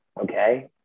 okay